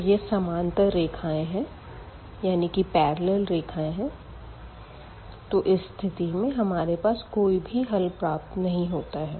तो यह समांतर रेखाएं हैं और इस स्थिति में हमारे पास कोई भी हल प्राप्त नहीं होता है